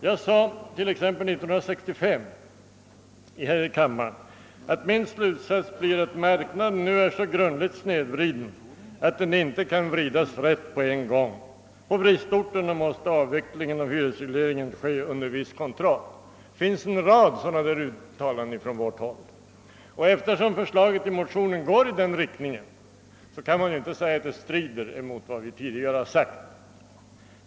Jag sade t.ex. år 1965 här i kammaren: »Min slutsats blir att marknaden nu är så grundligt snedvriden att den inte kan vridas rätt på en gång. På bristorterna måste avvecklingen av hyresregleringen ske under viss kontroll.» Det har gjorts en rad sådana uttalanden från vårt håll. Eftersom förslaget i motionen går i den riktningen, kan man inte påstå att det strider mot vad vi tidigare har sagt.